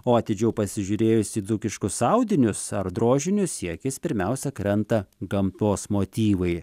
o atidžiau pasižiūrėjus į dzūkiškus audinius ar drožinius į akis pirmiausia krenta gamtos motyvai